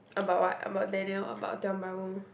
about what about Daniel about Tiong-Bahru